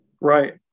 Right